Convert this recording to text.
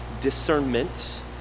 discernment